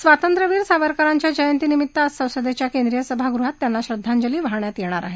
स्वातंत्र्यवीर सावरकरांच्या जयंती निमित्त आज संसदेच्या केंद्रीय सभागृहात त्यांना श्रद्धांजली वाहण्यात येणार आहे